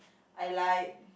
I lied